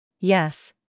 Yes